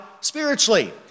spiritually